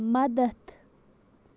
مدتھ